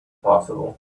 possible